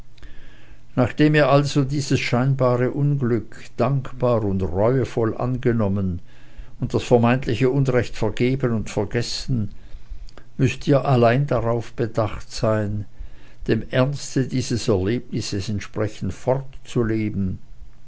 nachdem ihr also dieses scheinbare unglück dankbar und reuevoll angenommen und das vermeintliche unrecht vergeben und vergessen müßt ihr allein darauf bedacht sein dem ernste dieses erlebnisses entsprechend fortzuleben